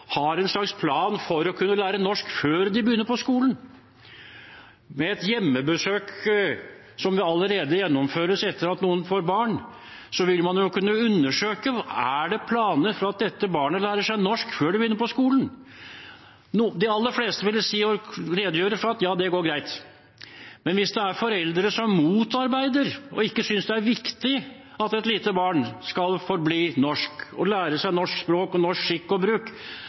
har en slags plan for å kunne lære norsk før de begynner på skolen? Med et hjemmebesøk, som allerede gjennomføres etter at noen får barn, ville man jo kunne undersøke om det er planer for at dette barnet lærer seg norsk før det begynner på skolen. De aller fleste ville kunne si og redegjøre for at det går greit. Men hvis det er foreldre som motarbeider og ikke synes det er viktig at et lite barn skal få bli norsk og lære seg norsk språk og norsk skikk og bruk,